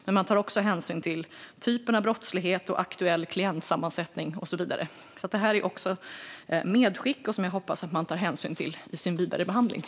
Men man tar också hänsyn till typen av brottslighet, aktuell klientsammansättning och så vidare. Detta är också ett medskick som jag hoppas att man tar hänsyn till i den vidare behandlingen.